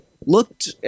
looked